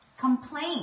complain